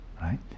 right